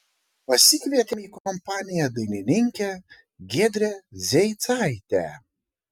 pasikvietėm į kompaniją dainininkę giedrę zeicaitę